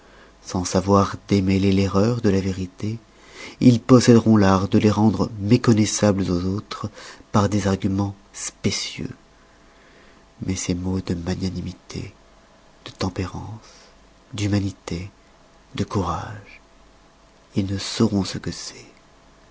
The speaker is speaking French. sans savoir démêler l'erreur de la vérité ils posséderont l'art de les rendre méconnoissables aux autres par des argumens spécieux mais ces mots de magnanimité d'équité de tempérance d'humanité de courage ils ne sauront ce que c'est